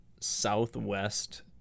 southwest